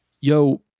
yo